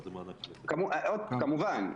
כמובן.